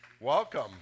Welcome